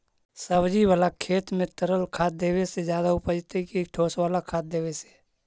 सब्जी बाला खेत में तरल खाद देवे से ज्यादा उपजतै कि ठोस वाला खाद देवे से?